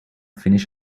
finish